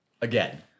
again